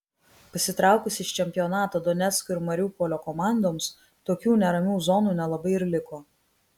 pasitraukus iš čempionato donecko ir mariupolio komandoms tokių neramių zonų nelabai ir liko